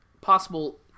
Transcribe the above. possible